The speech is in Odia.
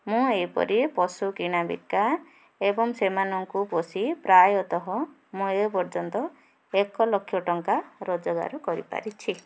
ମୁଁ ଏହିପରି ପଶୁ କିଣା ବିକା ଏବଂ ସେମାନଙ୍କୁ ପୋଷି ପ୍ରାୟତଃ ମୟ ପର୍ଯ୍ୟନ୍ତ ଏକ ଲକ୍ଷ ଟଙ୍କା ରୋଜଗାର କରିପାରିଛି